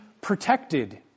protected